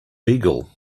beagle